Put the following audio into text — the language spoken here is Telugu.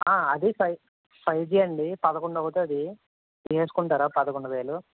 అది ఫైవ్ ఫైవ్ జీ అండి పదకొండు అవుతుంది తీసేసుకుంటారా పదకొండు వేలు